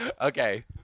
Okay